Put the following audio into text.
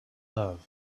love